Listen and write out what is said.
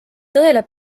tõele